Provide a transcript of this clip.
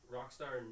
Rockstar